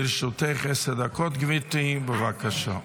לרשותך עשר דקות, גברתי, בבקשה.